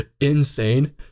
insane